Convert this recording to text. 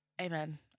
amen